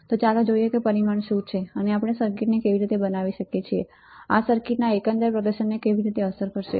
તો ચાલો જોઈએ કે પરિમાણ શું છે અને આપણે સર્કિટ કેવી રીતે બનાવી શકીએ અથવા આ સર્કિટના એકંદર પ્રદર્શનને કેવી રીતે અસર કરશે